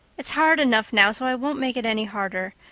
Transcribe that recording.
it's hard enough now, so i won't make it any harder.